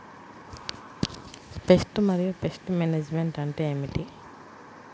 Pest మరియు pest management అంటే ఏమిటి?